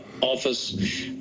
office